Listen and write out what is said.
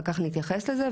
אחר כך נתייחס לזה.